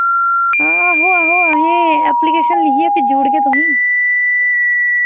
आहो आहो ऐहें एप्लीकेशन लिखियै भेजी ओड़गे तुसें ई